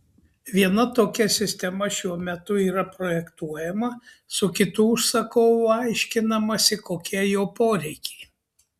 viena tokia sistema šiuo metu yra projektuojama su kitu užsakovu aiškinamasi kokie jo poreikiai